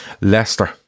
Leicester